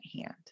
hand